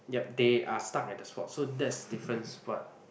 yup they are stuck at the spot so that's difference what